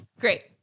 Great